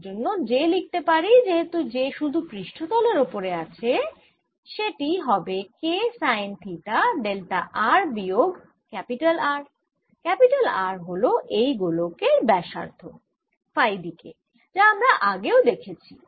এর জন্য j লিখতে পারি যেহেতু j শুধু পৃষ্ঠতলের ওপরে আছে সেটি হবে K sine theta delta r বিয়োগ R R হল এই গোলকের ব্যাসার্ধ ফাই দিকে যা আমরা আগেও দেখেছি